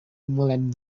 mullen